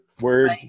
word